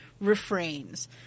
refrains